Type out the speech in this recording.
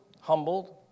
humbled